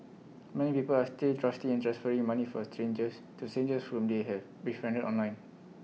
many people are still trusting and transferring money for strangers to strangers whom they have befriended online